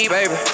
Baby